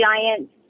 giant